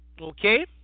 okay